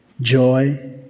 joy